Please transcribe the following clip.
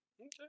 Okay